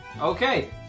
Okay